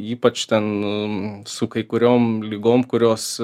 ypač ten su kai kuriom ligom kurios